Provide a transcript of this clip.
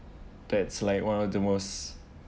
that's like one of the most